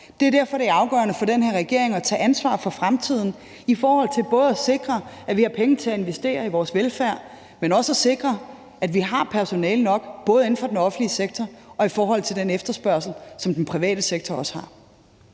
Det er jo derfor, det er afgørende for den her regering at tage ansvar for fremtiden, både i forhold til at sikre, at vi har penge til at investere i vores velfærd, men også at sikre, at vi har personale nok, både inden for den offentlige sektor og i forhold til den efterspørgsel, som den private sektor også har.